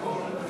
התורה להביע